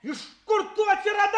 iš kur tu atsiradai